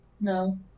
No